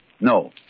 No